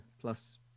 plus